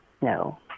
no